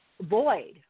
Void